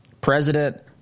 President